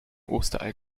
osterei